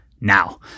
now